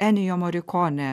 enijo morikonė